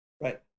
Right